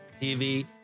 TV